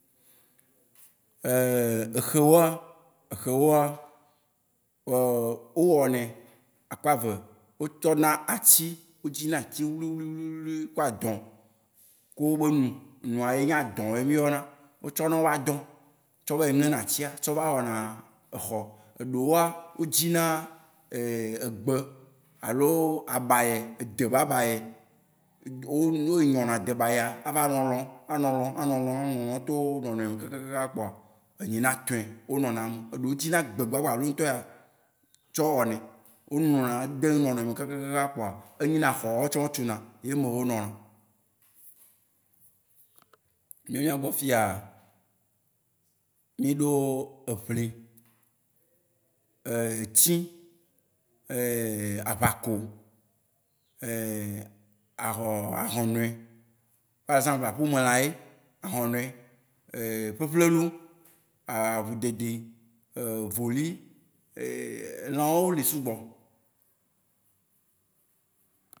exe wóa, exe wóa, wó wɔ nɛ akpa eve. Wó tsɔ na atsi, wó dzi na atsi wlui wlui wlui wlui ku adɔn. Ku wó be nu. Enua ye nyi adɔn ye mí yɔna. Wó tsɔ na wó be adɔn tsɔ vayi ŋẽ na atsia, tsɔ va wɔna exɔ. Eɖewóa, wó dzi na egbe alo abayɛ, ede be abayɛ. Wó-wó nyɔ na debayɛa, ava nɔ lɔn, anɔ lɔn, anɔ lɔn, anɔ lɔn to wó nɔnɔe me kaka kpoa, be nyi na atõɛ, wó nɔna eme. Eɖe wó dzi na egbe gba gbalo ŋutɔɛa tsɔ wɔ nae. Wó nɔ na edem nɔnɔe me kaka kaka kpoa, enyi na xɔ wóa tsã wó tsu na. Ye me wó nɔna. Míawo mía gbɔ fiya, mí ɖo eʋlĩ, etsĩ, aʋako, ahɔ-ahɔnɔɛ. Par exemple, aƒe me lã ye. Ahɔnɔɛ, ƒeƒlelu ʋudedi, voli, elã wó oli sugbɔ.